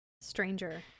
stranger